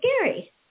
scary